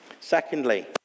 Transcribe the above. Secondly